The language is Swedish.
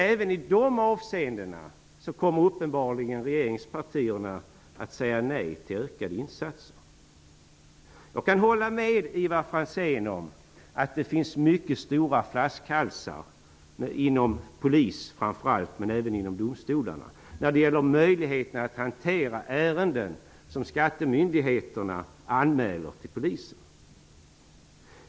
Även i dessa avseenden kommer regeringspartierna uppenbarligen att säga nej till ökade insatser. Jag kan hålla med Ivar Franzén att det finns mycket stora flaskhalsar inom framför allt Polisen men även inom domstolarna när det gäller möjligheterna att hantera ärenden som skattemyndigheterna anmäler till Polisen.